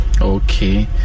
Okay